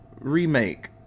remake